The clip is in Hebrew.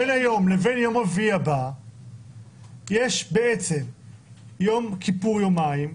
אז למעשה בין היום לבין יום רביעי הבא יש בעצם יום כיפור יומיים,